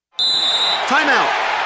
Timeout